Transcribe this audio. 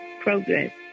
progress